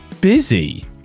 busy